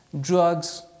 drugs